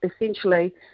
essentially